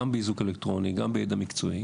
גם באיזוק אלקטרוני וגם בידע מקצועי